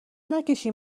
نکشین